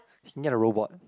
can get a robot